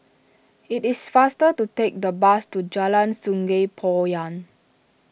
it is faster to take the bus to Jalan Sungei Poyan